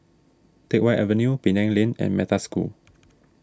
Teck Whye Avenue Penang Lane and Metta School